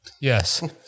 yes